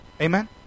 Amen